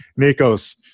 Nikos